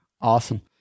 awesome